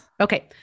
Okay